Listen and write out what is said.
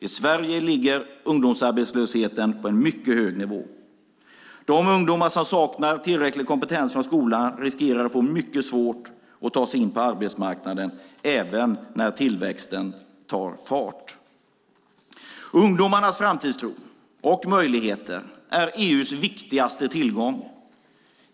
I Sverige ligger ungdomsarbetslösheten på en mycket hög nivå. De ungdomar som saknar tillräckligt kompetens från skolan riskerar att få det mycket svårt att ta sig in på arbetsmarknaden även när tillväxten tar fart. Ungdomarnas framtidstro och möjligheter är EU:s viktigaste tillgång.